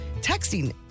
texting